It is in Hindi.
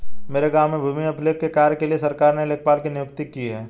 मेरे गांव में भूमि अभिलेख के कार्य के लिए सरकार ने लेखपाल की नियुक्ति की है